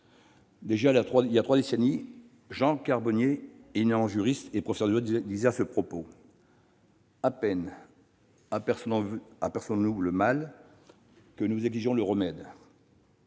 Déjà, il y a trois décennies, Jean Carbonnier, éminent juriste et professeur de droit, disait à ce propos :« À peine apercevons-nous le mal que nous exigeons le remède,